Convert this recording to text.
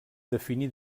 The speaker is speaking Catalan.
definir